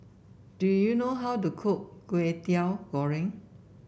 do you know how to cook Kway Teow Goreng